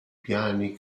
piani